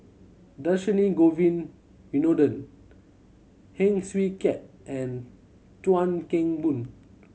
Dhershini Govin Winodan Heng Swee Keat and Chuan Keng Boon